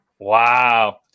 Wow